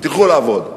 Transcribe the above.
תלכו לעבוד.